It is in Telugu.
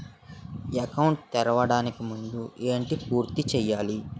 అకౌంట్ తెరవడానికి ముందు ఏంటి పూర్తి చేయాలి?